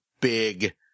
big